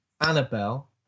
Annabelle